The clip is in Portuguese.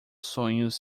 sonhos